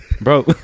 Bro